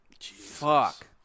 Fuck